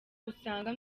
usanga